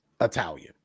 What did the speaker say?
Italian